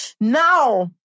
Now